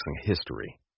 history